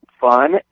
fun